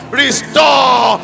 restore